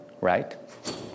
right